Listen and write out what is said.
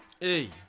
hey